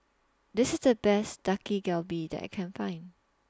This IS The Best Dak Galbi that I Can Find